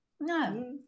No